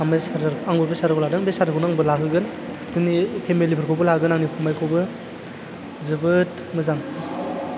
आं बे चार्जार आंबो बे चार्जारखौ लादों बे चार्जारखौनो आंबो लाहोगोन जोंनि फेमिलिफोरखौबो लाहोगोन आंनि फंबायखौबो जोबोद मोजां